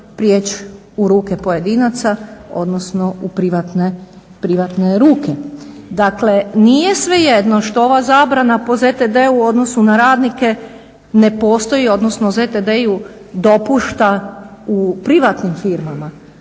prijeći u ruke pojedinca odnosno u privatne ruke. Dakle nije svejedno što ova zabrana po ZTD-u odnosu na radnike odnosno u ZTD-u dopušta u privatnim firmama.